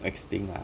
extinct ah